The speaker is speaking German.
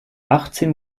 achtzehn